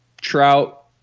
Trout